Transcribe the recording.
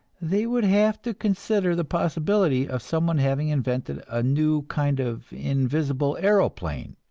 they would have to consider the possibility of someone having invented a new kind of invisible aeroplane.